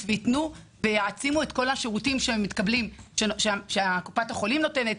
וייתנו ויעצימו את כל השירותים שקופת החולים נותנת,